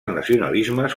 nacionalismes